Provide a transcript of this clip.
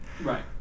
right